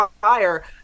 fire